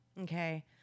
okay